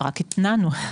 רק התנענו.